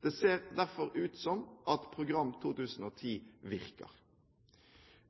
Det ser derfor ut som om Program 2010 virker.